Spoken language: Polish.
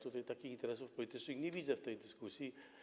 Takich interesów politycznych nie widzę w tej dyskusji.